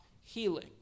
healing